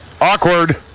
Awkward